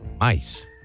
Mice